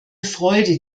freude